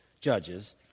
judges